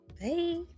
Bye